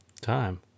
time